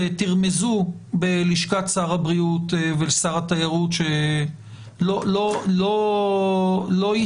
תרמזו בלשכת שר הבריאות ולשר התיירות שלא יצהלו